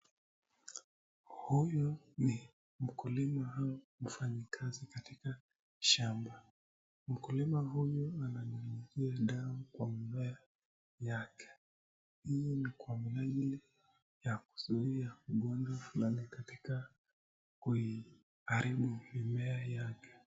Huyu ni mkulima au mfanyikazi katika shamba. Mkulima huyu ananyunyizia dawa kwa mimea yake. Hii ni kwa minajili ya kuzuia ugonjwa fulani katika kuiharibu mimea yake.